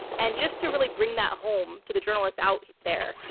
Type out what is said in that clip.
and just to really bring that home to the journalists out there,